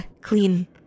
clean